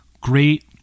great